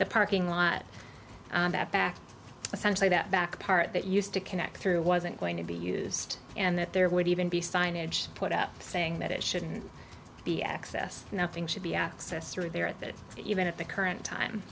the parking lot that backed essentially that back part that used to connect through wasn't going to be used and that there would even be signage put up saying that it shouldn't be access nothing should be accessed through there at that event at the current time